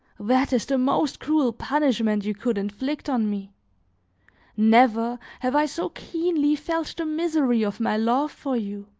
that is the most cruel punishment you could inflict on me never, have i so keenly felt the misery of my love for you.